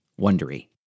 Wondery